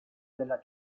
della